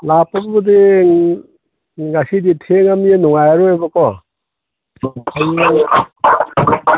ꯂꯥꯛꯄꯒꯤꯕꯨꯗꯤ ꯉꯁꯤꯗꯤ ꯊꯦꯡꯉꯃꯤꯅ ꯅꯨꯡꯉꯥꯏꯔꯔꯣꯏꯕꯀꯣ ꯍꯌꯦꯡ